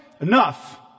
enough